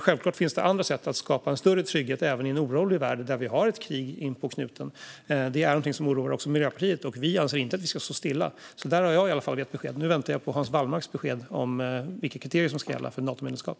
Självklart finns det andra sätt att skapa större trygghet även i en orolig värld där vi har ett krig inpå knutarna. Det är något som oroar också oss i Miljöpartiet, och vi anser inte att vi ska stå stilla. Där har i alla fall jag gett besked. Nu väntar jag på Hans Wallmarks besked om vilka kriterier som ska gälla för Natomedlemskap.